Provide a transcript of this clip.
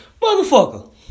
Motherfucker